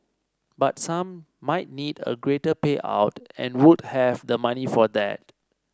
but some might need a greater payout and would have the money for that